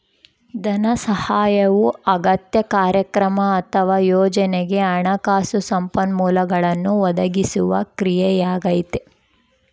ಧನಸಹಾಯವು ಅಗತ್ಯ ಕಾರ್ಯಕ್ರಮ ಅಥವಾ ಯೋಜನೆಗೆ ಹಣಕಾಸು ಸಂಪನ್ಮೂಲಗಳನ್ನು ಒದಗಿಸುವ ಕ್ರಿಯೆಯಾಗೈತೆ